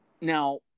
Now